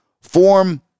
form